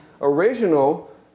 original